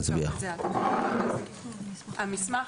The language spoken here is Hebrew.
כי אם אנחנו עכשיו ננסח הפרה